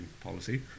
policy